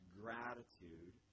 gratitude